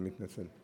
אני מתנצל.